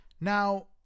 Now